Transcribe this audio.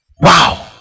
Wow